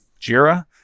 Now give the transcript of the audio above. Jira